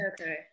okay